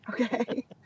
Okay